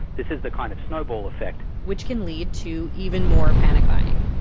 this is the kind of snowball effect. which can lead to even more panic buying.